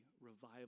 revival